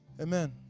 Amen